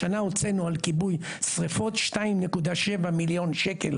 השנה הוצאנו על כיבוי שרפות 2.7 מיליון שקל,